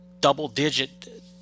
double-digit